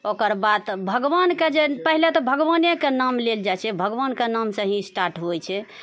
ओकर बाद तऽ भगवानके जे पहिले तऽ भगवानेके नाम लेल जाइछे भगवानके नामसँ ही स्टार्ट होइ छै